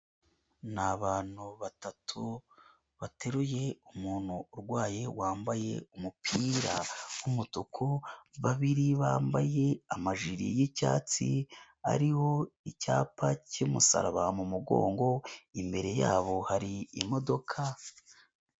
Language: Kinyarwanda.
Ni abantu batatu bateruye umuntu urwaye, wambaye umupira wumutuku, babiri bambaye amajiri y'icyatsi, ariho icyapa cy'umusaraba mu mugongo, imbere yabo hari imodoka.